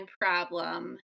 problem